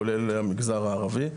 כולל המגזר הערבי,